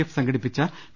F സംഘടിപ്പിച്ച P